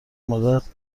مدت